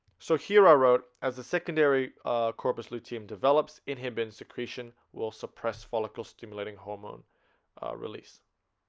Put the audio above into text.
so here. i wrote as the secondary corpus luteum develops inhibiting secretion will suppress follicle stimulating hormone release